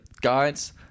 guides